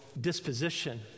disposition